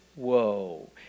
Whoa